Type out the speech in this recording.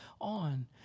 on